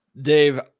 Dave